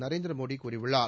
நரேந்திரமோடி கூறியுள்ளார்